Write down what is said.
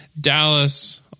Dallas